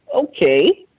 okay